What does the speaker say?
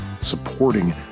supporting